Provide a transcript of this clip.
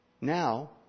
now